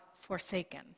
forsaken